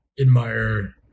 admire